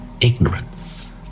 ignorance